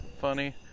Funny